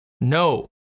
no